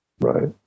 Right